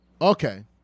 Okay